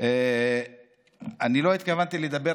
אתה מייצג אותו?